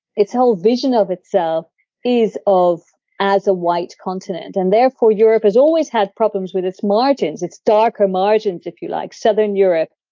it's whole vision of itself is of as a white continent and therefore europe has always had problems with its margins, its darker margins if you like, like southern europe,